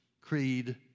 creed